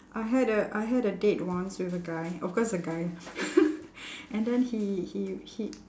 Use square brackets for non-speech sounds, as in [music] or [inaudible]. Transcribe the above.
I had a I had a date once with a guy of course a guy [laughs] and then he he he